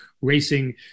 racing